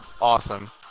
awesome